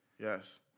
Yes